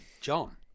John